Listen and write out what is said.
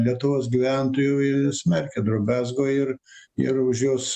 lietuvos gyventojų jie smerkia drobezgo ir ir už jos